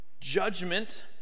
judgment